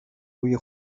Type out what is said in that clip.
روی